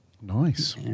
Nice